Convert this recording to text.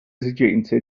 esigenze